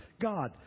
God